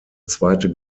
zweite